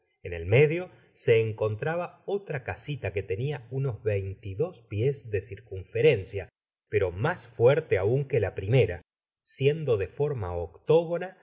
en el medio se encontraba otra casita que tenia unos veinte y dos pies de circunferencia pero mas fuerte aun que la primera siendo de forma octógona